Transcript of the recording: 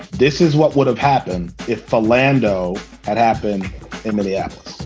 this is what would have happened if orlando had happened in minneapolis.